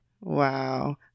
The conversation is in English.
wow